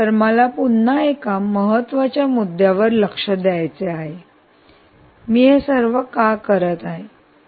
तर मला पुन्हा एका महत्वाच्या मुद्यावर लक्ष द्यायचे आहे मी हे सर्व का करीत आहे